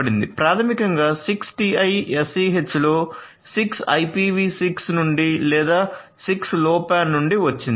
ప్రాథమికంగా 6TiSCH లో 6 IPV 6 నుండి లేదా 6 Low PAN నుండి వచ్చింది